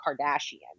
Kardashian